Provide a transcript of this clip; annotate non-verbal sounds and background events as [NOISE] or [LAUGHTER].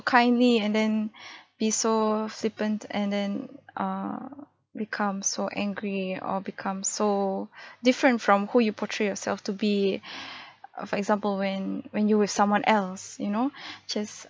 kindly and then [BREATH] be so flippant and then err become so angry or become so [BREATH] different from who you portray yourself to be [BREATH] err for example when when you're with someone else you know [BREATH] just